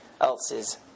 else's